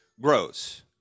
grows